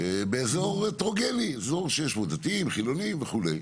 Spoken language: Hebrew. באזור הטרוגני, אזור שיש בו דתיים, חילוניים וכו'.